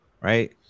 right